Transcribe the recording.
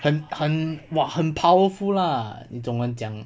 很很 !wah! 很 powerful lah 怎么讲